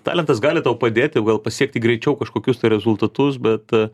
talentas gali tau padėti gal pasiekti greičiau kažkokius tai rezultatus bet